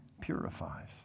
purifies